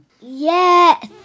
Yes